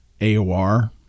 AOR